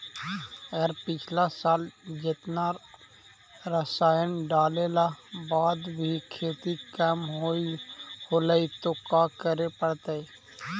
अगर पिछला साल जेतना रासायन डालेला बाद भी खेती कम होलइ तो का करे पड़तई?